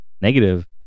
negative